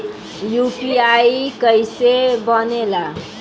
UPI कईसे बनेला?